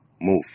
move